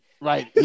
Right